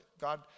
God